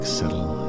settle